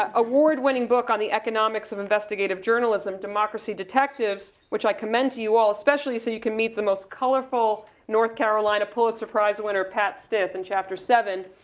ah award winning book on the economics of investigative journalism, democracy detectives which i commend you you all. especially so you can meet the most colorful north carolina pulitzer prize winner pat stiff in chapter seven.